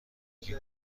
گفتی